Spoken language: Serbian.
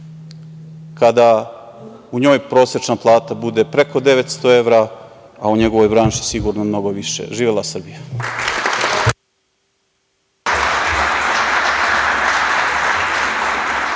kada u njoj prosečna plata bude preko 900 evra, a u njegovoj branši sigurno mnogo više. Živela Srbija!